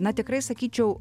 na tikrai sakyčiau